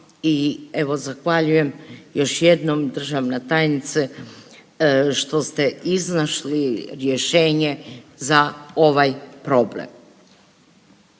i evo zahvaljujem još jednom državna tajnice što ste iznašli rješenje za ovaj problem.